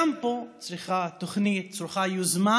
גם פה צריך תוכנית, צריך יוזמה,